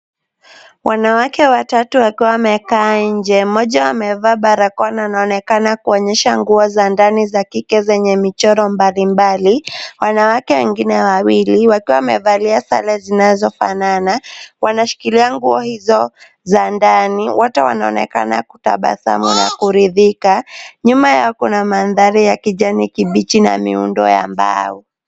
Wanawake watatu wakiwa wamekaa nje mmoja amevaa barakoa na anaonekana kuonyesha nguo za ndani za kike zenye michoro mbali mbali , wanawake wengine wawili wakiwa wamevalia sare zinazofanana ,wanashikilia nguo hizo za ndani wote wanaonekana kutabasamu na kuridhika. Nyuma yao kuna mandhari ya kijani kibichi na miundo wa mbao.